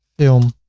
film